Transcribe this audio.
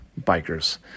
bikers